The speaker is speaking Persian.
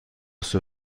سوء